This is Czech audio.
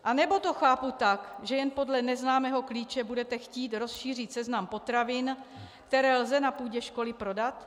Nebo to chápu tak, že jen podle neznámého klíče budete chtít rozšířit seznam potravin, které lze na půdě školy prodat?